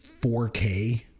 4K